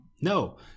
No